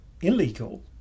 illegal